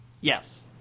Yes